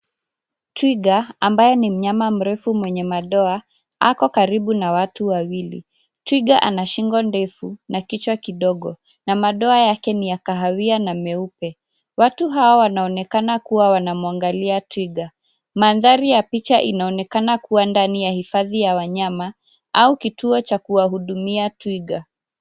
Twiga ambaye ni mnyama mrefu mwenye madoa ako karibu na watu wawili. Twiga ana shingo ndefu na kichwa kidogo na madoa yake ni ya kahawia na meupe. Watu hao wanaonekana kuwa wanamwangalia twiga. Mandhari ya picha inaonekana kuwa ndani ya hifadhi ya wanyama au kituo cha kuwahudumia twiga.